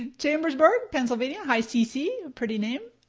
ah chambersburg pennsylvania, hi cici, pretty name.